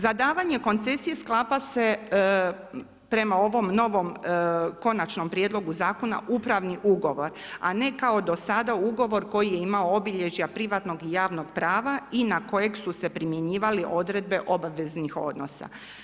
Za davanje koncesije sklapa se prema ovom novom konačnom prijedlogu zakonu upravni ugovor, a ne kao do sada ugovor koji je imao obilježja privatnog i javnog prava i na kojeg su se primjenjivali odredbe obveznih odnosa.